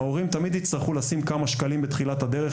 ההורים תמיד הצטרכו לשים כמה שקלים בתחילת הדרך,